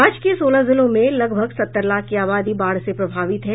राज्य के सोलह जिलों में लगभग सत्तर लाख की आबादी बाढ़ से प्रभावित हैं